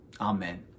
amen